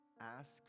ask